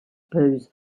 pose